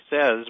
Says